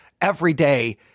everyday